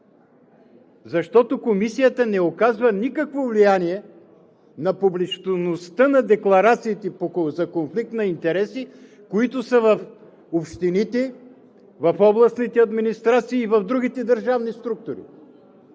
защото Комисията не оказва никакво влияние на публичността на декларациите за конфликт на интереси, които са в общините, в областните администрации и в другите държавни структури.